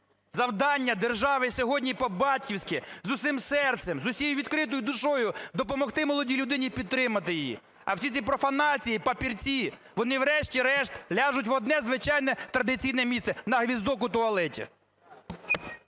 Завдання держави сьогодні по-батьківські з усім серцем, з усією відкритою душею допомогти молодій людині, підтримати її. А всі ці профанації, папірці, вони, врешті-решт, ляжуть в одне звичайне традиційне місце – на гвіздок у туалеті.